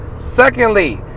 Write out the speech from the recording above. Secondly